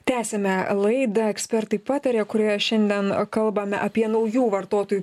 tęsiame laidą ekspertai pataria kurioje šiandien kalbame apie naujų vartotojų